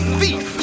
thief